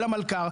אלא מלכ"ר,